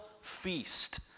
feast